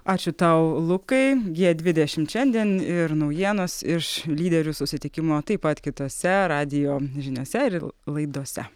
ačiū tau lukai gie dvidešimt šiandien ir naujienos iš lyderių susitikimo taip pat kitose radijo žiniose ir laidose